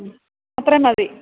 അത്രയും മതി